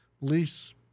lease